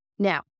Now